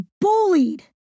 bullied